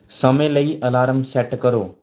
ਸਮੇਂ ਲਈ alarm set ਕਰੋ